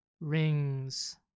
rings